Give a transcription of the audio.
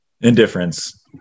Indifference